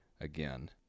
again